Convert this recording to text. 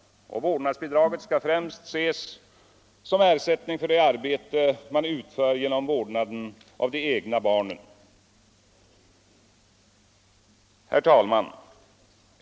Vårdnadsbidraget skall främst ses som en ersättning för det arbete man utför genom vårdnaden av de egna barnen. Herr talman!